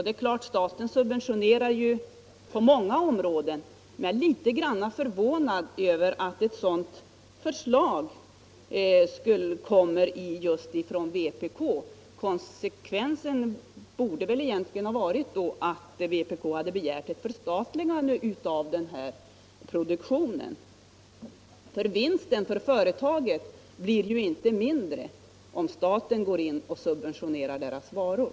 Staten subventionerar ju på många områden. Men jag är litet förvånad över att ett sådant förslag kommer just från vpk. Konsekvensen borde egentligen ha varit att vpk hade begärt ett förstatligande av denna produktion. Vinsten för företagen blir ju inte mindre om staten går in och subventionerar deras varor.